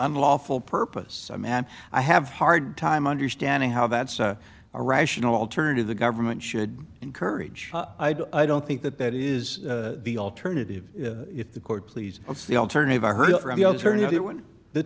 unlawful purpose i mean and i have a hard time understanding how that's a rational alternative the government should encourage i don't i don't think that that is the alternative if the court please what's the alternative i heard the